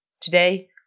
Today